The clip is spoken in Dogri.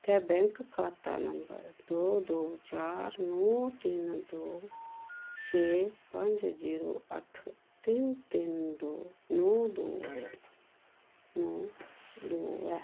ते बैंक खाता नंबर दो दो चार नौ तिन्न दो छे पंज जीरो अट्ठ तिन्न तिन्न दो नौ दो नौ दो ऐ